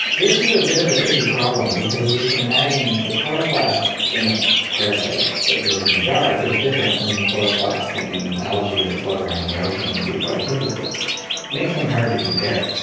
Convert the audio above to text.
this is a bit of a tricky problem because, as you can imagine, the chloroplast in a parasite that lives in the dark is different from the chloroplast in algae that float around in the ocean and do photosynthesis. it makes them hard to compare.